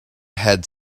had